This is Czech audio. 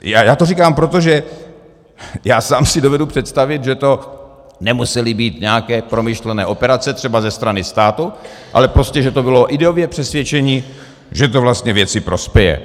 Já to říkám proto, že já sám si dovedu představit, že to nemusely být nějaké promyšlené operace třeba ze strany státu, ale prostě že to bylo ideové přesvědčení, že to vlastně věci prospěje.